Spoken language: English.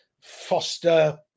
Foster